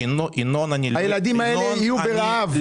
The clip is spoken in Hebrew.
הילדים האלה יהיו ברעב.